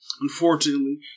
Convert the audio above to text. Unfortunately